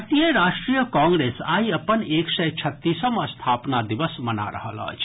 भारतीय राष्ट्रीय कांग्रेस आइ अपन एक सय छत्तीसम् स्थापना दिवस मना रहल अछि